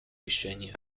решениях